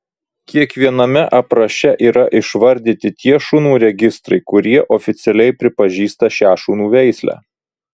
kiekviename apraše yra išvardyti tie šunų registrai kurie oficialiai pripažįsta šią šunų veislę